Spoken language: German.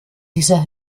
dieser